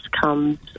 comes